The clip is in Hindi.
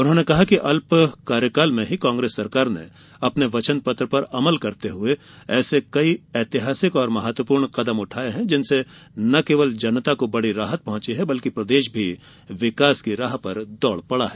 उन्होंने कहा कि अल्प कार्यकाल में ही कांग्रेस सरकार ने अपने वचन पत्र पर अमल करते हए ऐसे कई ऐतिहासिक और महत्वपूर्ण कदम उठाए हैं जिनसे न केवल जनता को बड़ी राहत पहुंची है बल्कि प्रदेश भी विकास की राह पर दौड़ पड़ा है